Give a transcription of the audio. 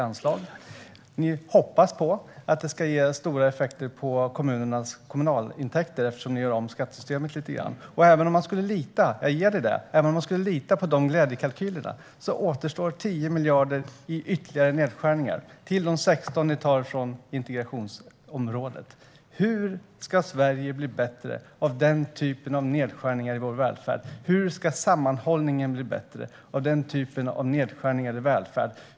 De hoppas att detta ska ge stora effekter på kommunernas kommunalintäkter eftersom de gör om skattesystemet lite grann. Även om man skulle lita på dessa glädjekalkyler återstår 10 miljarder i ytterligare nedskärningar utöver de 16 miljarder som tas från integrationsområdet. Hur ska Sverige bli bättre av denna typ av nedskärningar i vår välfärd? Hur ska sammanhållningen bli bättre av denna typ av nedskärningar i vår välfärd?